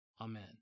Amen